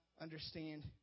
understand